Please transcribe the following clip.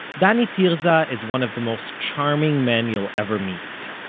danny tirza is one of the most charming men you'll ever meet.